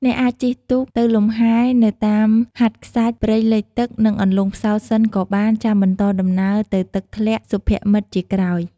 អ្នកអាចជិះទូកទៅលំហែនៅតាមហាតខ្សាច់ព្រៃលិចទឹកនិងអន្លង់ផ្សោតសិនក៏បានចាំបន្តដំណើរទៅទឹកធ្លាក់សុភមិត្តជាក្រោយ។